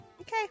okay